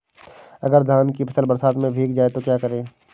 अगर धान की फसल बरसात में भीग जाए तो क्या करें?